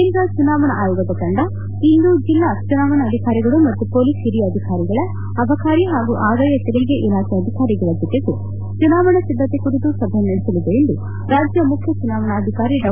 ಕೇಂದ್ರ ಚುನಾವಣಾ ಆಯೋಗದ ತಂಡ ಇಂದು ಜಿಲ್ಲಾ ಚುನಾವಣಾ ಅಧಿಕಾರಿಗಳು ಮತ್ತು ಪೊಲೀಸ್ ಹಿರಿಯ ಅಧಿಕಾರಿಗಳ ಅಬಕಾರಿ ಹಾಗೂ ಆದಾಯ ತೆರಿಗೆ ಇಲಾಖೆ ಅಧಿಕಾರಿಗಳ ಜತೆಗೂ ಚುನಾವಣಾ ಸಿದ್ಗತೆ ಕುರಿತು ಸಭೆ ನಡೆಸಲಿದೆ ಎಂದು ರಾಜ್ಯ ಮುಖ್ಯ ಚುನಾವಣಾಧಿಕಾರಿ ಡಾ